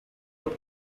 with